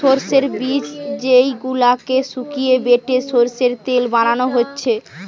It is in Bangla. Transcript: সোর্সের বীজ যেই গুলাকে শুকিয়ে বেটে সোর্সের তেল বানানা হচ্ছে